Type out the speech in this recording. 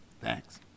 Thanks